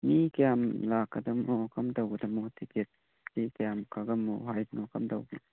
ꯃꯤ ꯀꯌꯥꯝ ꯂꯥꯛꯗꯝꯅꯣ ꯀꯔꯝ ꯇꯧꯒꯗꯝꯅꯣ ꯇꯤꯀꯦꯠꯁꯤ ꯀꯌꯥꯝ ꯀꯛꯂꯝꯃꯣ ꯍꯥꯏꯕꯅꯣ ꯀꯔꯝ ꯇꯧꯕꯅꯣ